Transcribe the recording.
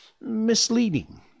misleading